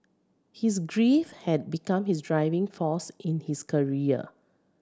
his grief had become his driving force in his career